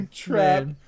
trap